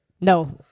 No